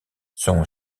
son